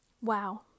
Wow